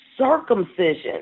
circumcision